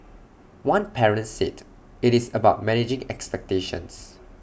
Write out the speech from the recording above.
one parent said IT is about managing expectations